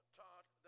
taught